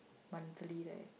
monthly right